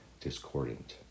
discordant